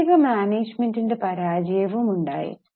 സാമ്പത്തിക മാനേജ്മമെൻറ് പരാജയവും ഉണ്ടായി